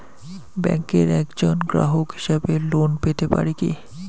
ব্যাংকের একজন গ্রাহক হিসাবে লোন পেতে পারি কি?